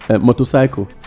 motorcycle